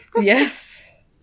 Yes